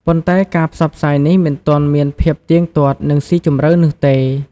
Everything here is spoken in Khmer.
ប៉ុន្តែការផ្សព្វផ្សាយនេះមិនទាន់មានភាពទៀងទាត់ និងស៊ីជម្រៅនោះទេ។